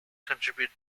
contribute